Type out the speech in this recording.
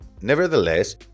Nevertheless